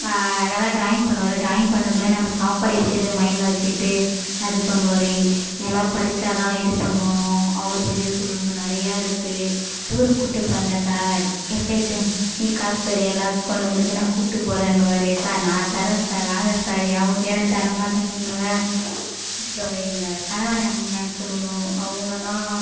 நல்லா டிராயிங் பண்ணுவார் டிராயிங் பண்ணக்குள்ள நம்ம சாப்பாடு விஷயத்தை மைண்டில் வச்சுக்கிட்டு அது பண்ணுவார் நல்லா படிச்சால் தான் இது பண்ணணும் அவரை பற்றி சொல்லுணுன்னா நிறையா இருக்குது டூருக்கு கூப்பிட்டு போங்க சார் எப்போயாச்சும் நீ காசு தாரியா எல்லா பொண்ணுங்களுக்கு நான் கூப்பிட்டு போறேன்னுவார் சார் நான் தரேன் சார் வாங்க சார் என் வீட்லயே எனக்கு தர மாட்டாங்கன்னுவேன் அப்புறம் எங்கள் கலைவாணி மேம் சொல்லுணும் அவங்க தான்